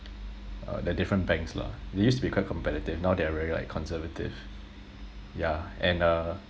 uh the different banks lah they used to be quite competitive now they're very like conservative yeah and uh